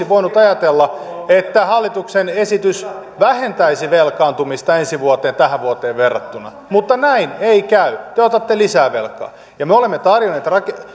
voinut ajatella että hallituksen esitys vähentäisi velkaantumista ensi vuonna tähän vuoteen verrattuna mutta näin ei käy te otatte lisää velkaa me olemme tarjonneet